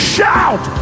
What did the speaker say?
Shout